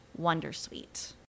Wondersuite